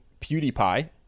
PewDiePie